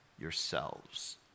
yourselves